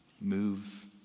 move